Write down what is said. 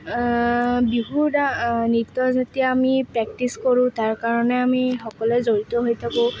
বিহু দা নৃত্য যেতিয়া আমি প্ৰেক্টিচ কৰোঁ তাৰ কাৰণে আমি সকলোৱে জড়িত হৈ থাকোঁ